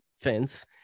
fence